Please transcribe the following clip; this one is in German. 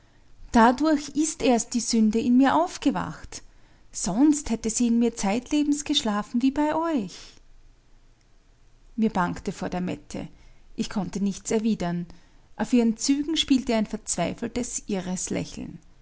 dadurch ist erst die sünde in mir aufgewacht sonst hätte sie in mir zeitlebens geschlafen wie bei euch mir bangte vor der mette ich konnte nichts erwidern auf ihren zügen spielte ein verzweifeltes irres lächeln